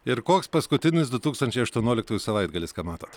ir koks paskutinis dū tūkstančiai aštuonioliktųjų savaitgalis ką matot